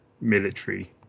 military